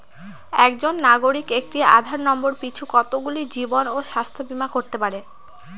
একজন নাগরিক একটি আধার নম্বর পিছু কতগুলি জীবন ও স্বাস্থ্য বীমা করতে পারে?